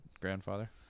grandfather